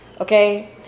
Okay